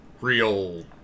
real